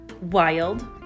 wild